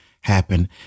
happen